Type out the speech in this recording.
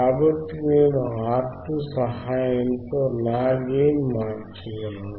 కాబట్టి నేను R2 సహాయంతో నా గెయిన్ మార్చగలను